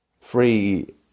Free